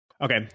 Okay